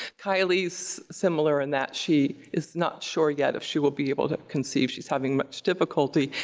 kylee's similar in that she is not sure yet if she will be able to conceive, she's having much difficulty.